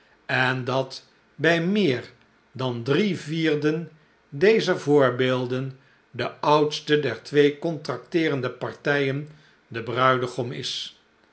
en dat bij meer dan drie vierden dezer voorbeelden de oudste der twee contracteerende partijen de bruidegom is